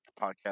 podcast